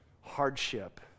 hardship